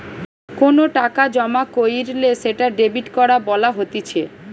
কোনো টাকা জমা কইরলে সেটা ডেবিট করা বলা হতিছে